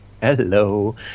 Hello